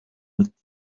with